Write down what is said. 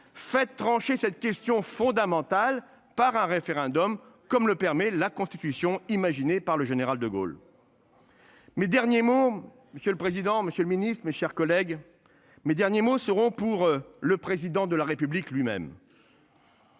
fait trancher cette question fondamentale par un référendum, comme le permet la Constitution imaginée par le général de Gaulle. Mai dernier mot monsieur le président, Monsieur le Ministre, mes chers collègues. Mes derniers mots seront pour le président de la République lui-même.